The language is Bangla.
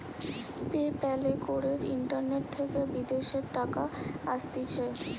পে প্যালে করে ইন্টারনেট থেকে বিদেশের টাকা আসতিছে